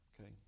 okay